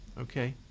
okay